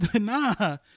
nah